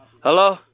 Hello